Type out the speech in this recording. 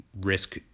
risk